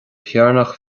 chearnach